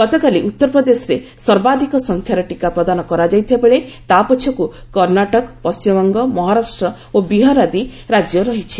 ଗତକାଲି ଉତ୍ତରପ୍ରଦେଶରେ ସର୍ବାଧିକ ସଂଖ୍ୟାର ଟିକାପ୍ରଦାନ କରାଯାଇଥିବାବେଳେ ତା ପଛକୁ କର୍ଣ୍ଣାଟକ ପଶ୍ଚିମବଙ୍ଗ ମହାରାଷ୍ଟ ଓ ବିହାର ଆଦି ରାଜ୍ୟ ରହିଛି